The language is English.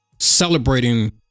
celebrating